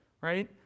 right